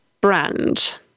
Brand